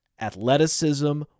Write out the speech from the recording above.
Athleticism